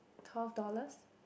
twelve dollars